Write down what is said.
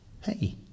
Hey